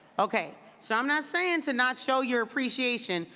okay. so i'm not saying to not show your appreciation,